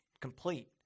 complete